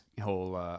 whole